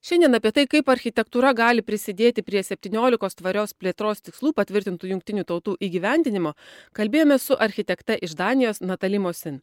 šiandien apie tai kaip architektūra gali prisidėti prie septyniolikos tvarios plėtros tikslų patvirtintų jungtinių tautų įgyvendinimo kalbėjome su architekte iš danijos natali mosin